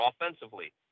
offensively